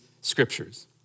scriptures